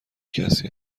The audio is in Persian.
کسی